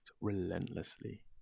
relentlessly